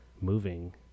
moving